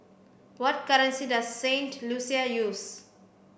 what currency does Saint Lucia use